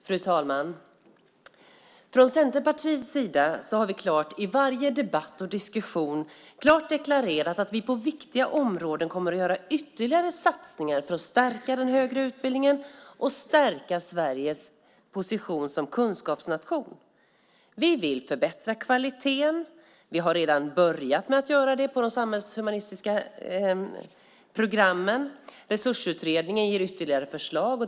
Fru talman! Från Centerpartiets sida har vi i varje debatt och diskussion klart deklarerat att vi på viktiga områden kommer att göra ytterligare satsningar för att stärka den högre utbildningen och stärka Sveriges position som kunskapsnation. Vi vill förbättra kvaliteten. Vi har redan börjat med att göra det på de samhällshumanistiska programmen. Resursutredningen ger ytterligare förslag.